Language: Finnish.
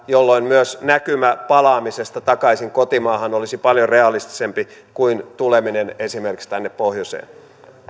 jolloin myös näkymä palaamisesta takaisin kotimaahan olisi paljon realistisempi kuin tuleminen esimerkiksi tänne pohjoiseen